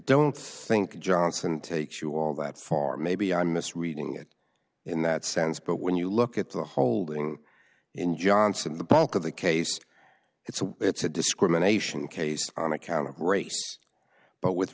don't think johnson takes you all that far maybe i'm misreading it in that sense but when you look at the holding in johnson the bulk of the case it's a it's a discrimination case on account of grace but with